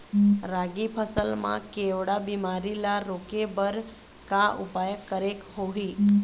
रागी फसल मा केवड़ा बीमारी ला रोके बर का उपाय करेक होही?